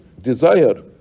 desire